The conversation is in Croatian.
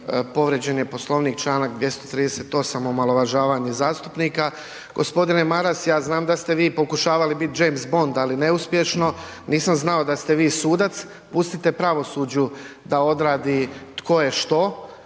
Povrijeđen je Poslovnik, Članak 238. omalovažavanje zastupnika. Gospodine Maras ja znam da ste vi pokušavali biti James Bond ali neuspješno, nisam znao da ste vi sudac, pustite pravosuđu da odradi tko je što,